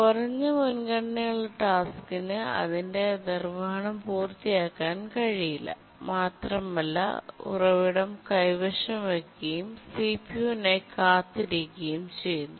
കുറഞ്ഞ മുൻഗണനയുള്ള ടാസ്ക്കിന് അതിന്റെ നിർവ്വഹണം പൂർത്തിയാക്കാൻ കഴിയില്ല മാത്രമല്ല ഉറവിടം കൈവശം വയ്ക്കുകയും സിപിയുവിനായി കാത്തിരിക്കുകയും ചെയ്യുന്നു